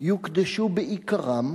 "יוקדשו בעיקרם,